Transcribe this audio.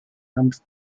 hand